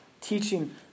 teaching